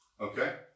Okay